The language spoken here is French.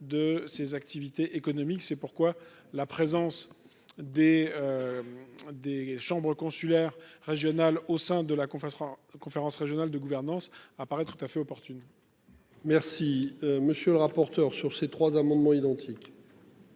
de ces activités économiques. C'est pourquoi la présence des. Des chambres consulaires régionales au sein de la confessera. Conférence régionale de gouvernance apparaît tout à fait opportune. Merci monsieur le rapporteur. Sur ces trois amendements identiques.